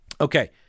Okay